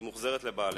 היא מוחזרת לבעליה.